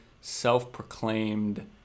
self-proclaimed